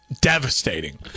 devastating